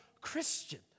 Christian